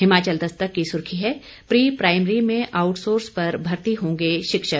हिमाचल दस्तक की सुर्खी है प्री प्राइमरी में आउटसोर्स पर भर्ती होंगे शिक्षक